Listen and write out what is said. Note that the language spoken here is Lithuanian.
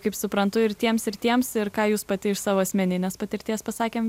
kaip suprantu ir tiems ir tiems ir ką jūs pati iš savo asmeninės patirties pasakėm